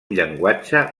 llenguatge